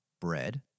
bread